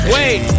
Wait